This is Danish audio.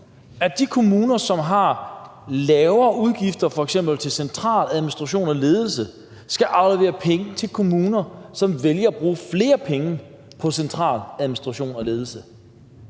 at de kommuner, som har lavere udgifter til f.eks. centraladministration og ledelse, skal aflevere penge til kommuner, som vælger at bruge flere penge på centraladministration og ledelse,